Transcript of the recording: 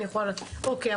אוקיי,